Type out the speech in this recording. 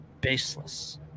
baseless